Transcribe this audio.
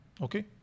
Okay